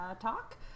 talk